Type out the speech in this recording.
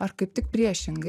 ar kaip tik priešingai